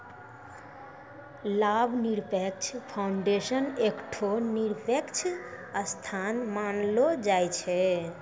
लाभ निरपेक्ष फाउंडेशन एकठो निरपेक्ष संस्था मानलो जाय छै